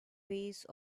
base